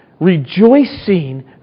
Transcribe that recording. rejoicing